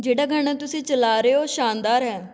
ਜਿਹੜਾ ਗਾਣਾ ਤੁਸੀਂ ਚਲਾ ਰਹੇ ਹੋ ਉਹ ਸ਼ਾਨਦਾਰ ਹੈ